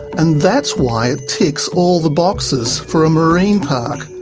and that's why it ticks all the boxes for a marine park.